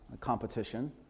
competition